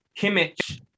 Kimmich